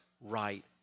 right